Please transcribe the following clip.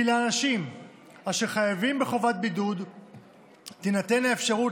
כי לאנשים אשר חייבים בחובת בידוד תינתן האפשרות